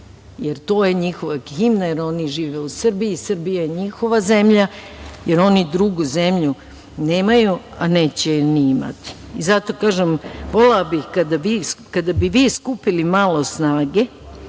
jer to je njihova himna, jer oni žive u Srbiji, Srbija je njihova zemlja, jer oni drugu zemlju nemaju, a neće je ni imati. Zato kažem, volela bih kada bi vi skupili malo snage,